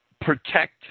protect